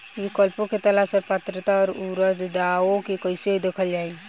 विकल्पों के तलाश और पात्रता और अउरदावों के कइसे देखल जाइ?